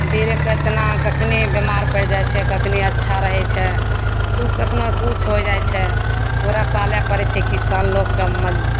धीरे कऽ एतना कखनी बिमार पड़ि जाइत छै कखनी अच्छा रहैत छै ओ कखनो किछु होइ जाइत छै ओकरा पालए पड़ैत छै किसान लोककेँ मज